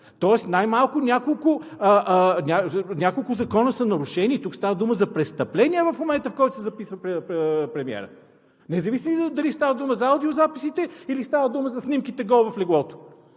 Тоест най-малко няколко закона са нарушени. Тук става дума за престъпление в момента, в който се записва премиерът, независимо дали става дума за аудиозаписите, или става дума за снимките гол в леглото.